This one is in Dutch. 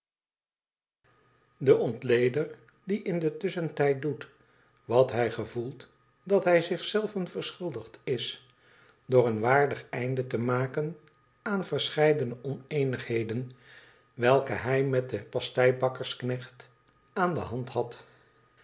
de ontleder die in den tusschentijd doet wat hij gevoelt dat hij zich zelven verschuldigd is door een waardig einde te maken aan verscheidene oneenigheden welke hij met den pasteibakkersknecht aan de hand had